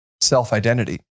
self-identity